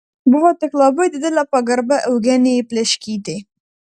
buvo tik labai didelė pagarba eugenijai pleškytei